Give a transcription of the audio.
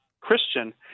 Christian